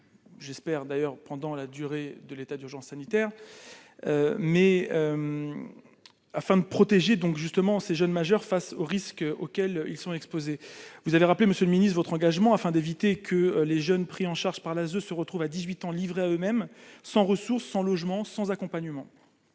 j'espère d'ailleurs pendant la durée de l'état d'urgence sanitaire, mais afin de protéger donc justement ces jeunes majeurs face aux risques auxquels ils sont exposés, vous avez rappelé monsieur le Ministre votre engagement afin d'éviter que les jeunes pris en charge par l'ASE se retrouvent à 18 ans, livrés à eux-mêmes sans ressources, sans logement, sans accompagnement,